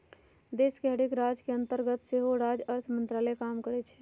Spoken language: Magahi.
देश के हरेक राज के अंतर्गत सेहो राज्य अर्थ मंत्रालय काम करइ छै